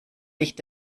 licht